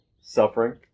suffering